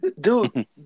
Dude